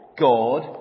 God